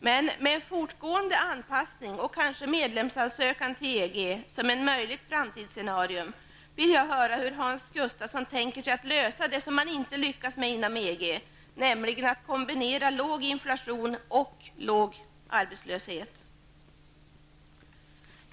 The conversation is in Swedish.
Med en fortgående anpassning och kanske medlemsansökan till EG som ett möjligt framtidsscenario, vill jag höra hur Hans Gustafsson tänker sig att lösa det som man inte lyckats med inom EG, nämligen att kombinera låg inflation och låg arbetslöshet.